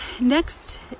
next